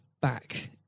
back